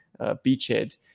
beachhead